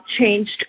changed